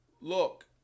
look